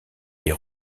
est